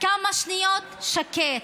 כמה שניות שקט,